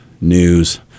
news